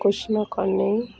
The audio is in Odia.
କୁଷ୍ମକନେଇ